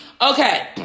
Okay